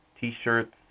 T-shirts